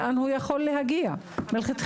לאן הוא יכול להגיע מלכתחילה.